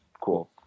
Cool